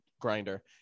Grinder